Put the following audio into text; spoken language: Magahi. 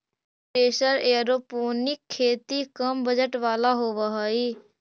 लो प्रेशर एयरोपोनिक खेती कम बजट वाला होव हई